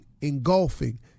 engulfing